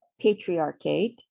Patriarchate